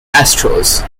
astros